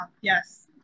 Yes